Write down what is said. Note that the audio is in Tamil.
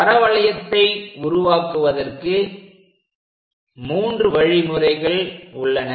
பரவளையத்தை உருவாக்குவதற்கு மூன்று வழிமுறைகள் உள்ளன